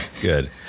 good